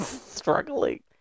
struggling